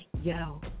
yo